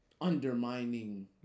undermining